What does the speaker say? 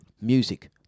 music